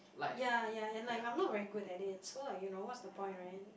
ya ya ya and like I'm not very good at it so like you know what's the point right